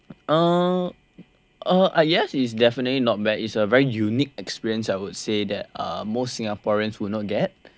uh I guess it's definitely not bad is a very unique experience I would say that uh most Singaporeans would not get